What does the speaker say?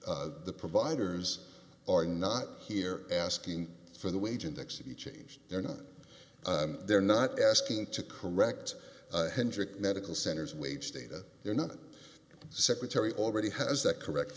the providers are not here asking for the wage and exit be changed they're not they're not asking to correct hendrik medical center's wage data they're not secretary already has that correct